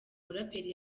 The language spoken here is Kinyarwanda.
muraperi